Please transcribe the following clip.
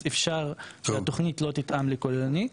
אז אפשר שהתוכנית לא תתאם לכוללנית.